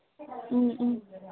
ꯎꯝ ꯎꯝ